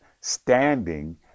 standing